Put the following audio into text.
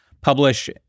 publish